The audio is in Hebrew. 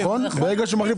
נכון, ברור.